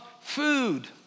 food